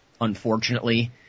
Unfortunately